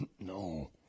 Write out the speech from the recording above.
No